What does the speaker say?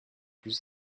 plus